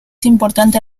importante